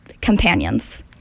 companions